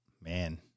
Man